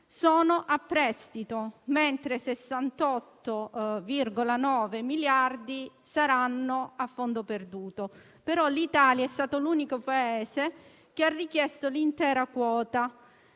sono a prestito mentre 68,9 miliardi saranno a fondo perduto. L'Italia è stata l'unico Paese che ha richiesto l'intera quota